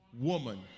woman